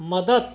मदत